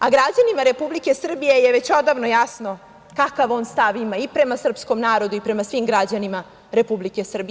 A, građanima Republike Srbije je već odavno jasno kakav on stav ima i prema srpskom narodu i prema svim građanima Republike Srbije.